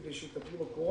כדי שיטפלו בקורונה.